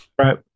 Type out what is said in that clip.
Right